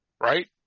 right